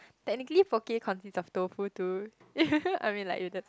technically poke consists of tofu too I mean like if that's